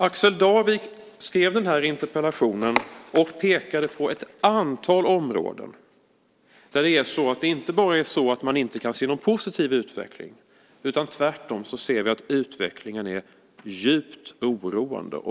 Axel Darvik skrev interpellationen och pekade på ett antal områden där man inte kan se någon positiv utveckling. Tvärtom ser vi att utvecklingen är djupt oroande.